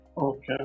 Okay